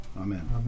Amen